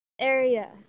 area